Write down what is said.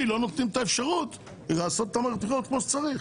לא נותנים את האפשרות לעשות מערכת בחירות כמו שצריך.